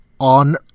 on